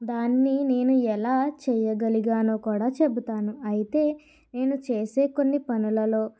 దాన్ని నేను ఎలా చేయగలిగానో కూడా చెబుతాను అయితే నేను చేసే కొన్ని పనులలో